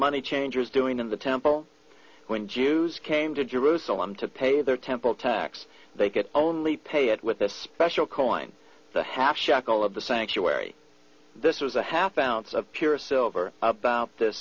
money changers doing in the temple when jews came to jerusalem to pay their temple tax they could only pay it with a special coin the half shekel of the sanctuary this was a half ounce of pure silver about th